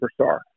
superstar